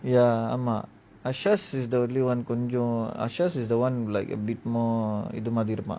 ya ஆமா:aama ashash is the only one கொஞ்சம்:konjam ashash is the one like a bit more இது மாதிரி இருப்பான்:ithu maathiri irrupaan